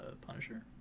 Punisher